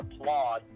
applaud